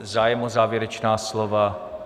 Zájem o závěrečná slova?